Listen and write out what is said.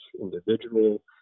individual